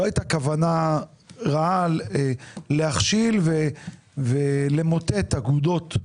לא הייתה כוונה רעה להכשיל ולמוטט אגודות.